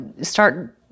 start